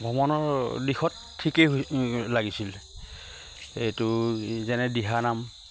ভ্ৰমণৰ দিশত ঠিকেই লাগিছিল এইটো যেনে দিহানাম